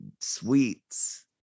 sweets